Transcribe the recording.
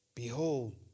Behold